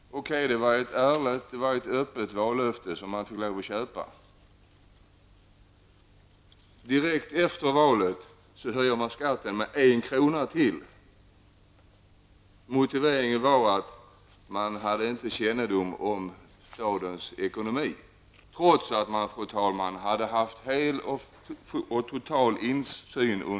Det var ett ärligt och öppet vallöfte som man fick lov att köpa. Direkt efter valet höjde man skatten med ytterligare en krona. Motiveringen var att man inte hade kännedom om stadens ekonomi, trots att man hela tiden hade haft hel och total insyn.